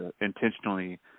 intentionally